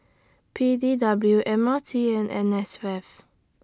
P D W M R T and N S F